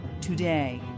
today